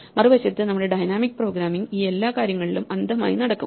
മറുവശത്ത് നമ്മുടെ dynamic programming ഈ എല്ലാ കാര്യങ്ങളിലും അന്ധമായി നടക്കും